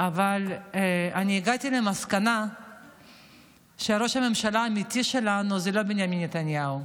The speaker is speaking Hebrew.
אבל אני הגעתי למסקנה שראש הממשלה האמיתי שלנו זה לא בנימין נתניהו.